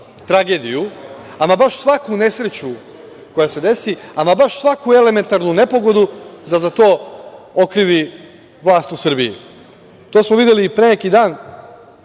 tragediju, baš svaku nesreću koja se desi, baš svaku elementarnu nepogodu da za to okrivi vlast u Srbiji i to smo videli pre neki dan